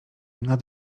nad